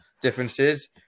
differences